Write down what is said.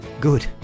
Good